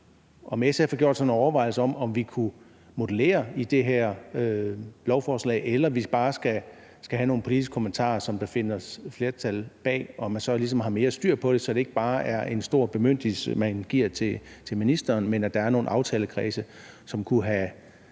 om SF har gjort sig nogle overvejelser om, om vi kunne modellere i det her lovforslag, eller om vi bare skal knytte nogle politisk kommentarer til, som der kan findes flertal bag, og man så ligesom har mere styr på det, så det ikke bare er en stor bemyndigelse, man giver til ministeren, men at der er nogle aftalekredse, som kan blive